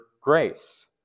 grace